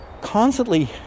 constantly